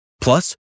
Plus